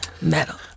metal